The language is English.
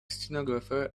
stenographer